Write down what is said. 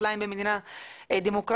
כפליים במדינה דמוקרטית.